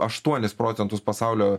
aštuonis procentus pasaulio